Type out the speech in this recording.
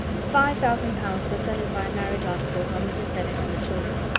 five thousand pounds was settled by marriage articles on mrs. bennet and the children.